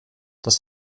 das